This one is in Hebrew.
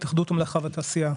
התאחדות המלאכה והתעשייה.